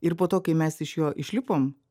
ir po to kai mes iš jo išlipom